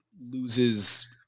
loses